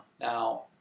Now